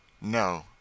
No